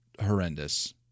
horrendous